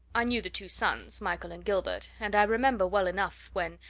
i knew the two sons michael and gilbert and i remember well enough when,